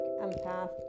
empath